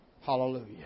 Hallelujah